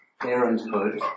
parenthood